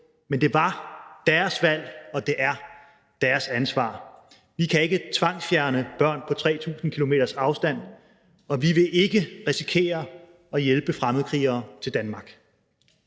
Men det var deres valg, og det er deres ansvar. Vi kan ikke tvangsfjerne børn på 3.000 km's afstand, og vi vil ikke risikere at hjælpe fremmedkrigere til Danmark.